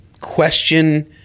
question